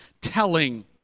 telling